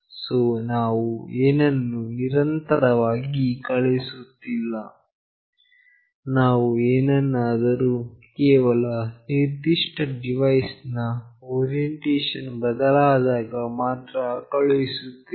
so ನಾವು ಏನನ್ನೂ ನಿರಂತರವಾಗಿ ಕಳುಹಿಸುತ್ತಿಲ್ಲ ನಾವು ಏನನ್ನಾದರು ಕೇವಲ ನಿರ್ದಿಷ್ಟ ಡಿವೈಸ್ ನ ಓರಿಯೆಂಟೇಷನ್ ವು ಬದಲಾದಾಗ ಮಾತ್ರ ಕಳುಹಿಸುತ್ತೇವೆ